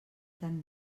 tan